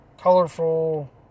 colorful